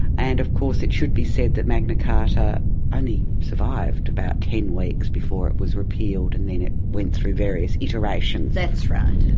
and of course it should be said that magna carta only survived about ten weeks before it was repealed and then it went through various iterations. that's right.